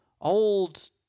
old